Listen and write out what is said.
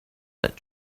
that